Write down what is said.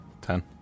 Ten